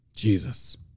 Jesus